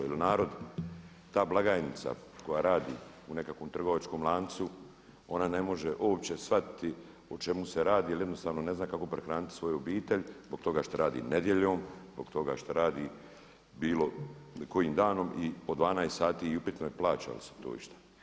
Jer narod, ta blagajnica koja radi u nekakvom trgovačkom lancu ona ne može uopće shvatiti o čemu se radi jel jednostavno ne zna kako prehraniti svoju obitelj zbog toga što radi nedjeljom, zbog toga što radi bilo kojim danom po 12 sati i upitno je plaća li se to išta.